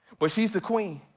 but she's the queen.